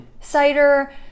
cider